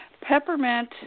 Peppermint